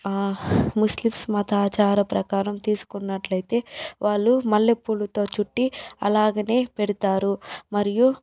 Muslims మతాచార ప్రకారం తీసుకున్నట్లయితే వాళ్ళు మల్లెపూలతో చుట్టి అలాగనే పెడతారు మరియు